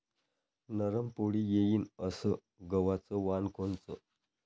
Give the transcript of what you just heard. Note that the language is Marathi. नरम पोळी येईन अस गवाचं वान कोनचं?